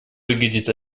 выглядит